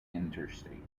interstate